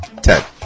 Ted